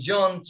John